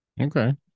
Okay